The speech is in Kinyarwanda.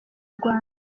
rwanda